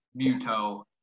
Muto